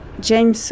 James